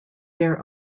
their